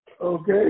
Okay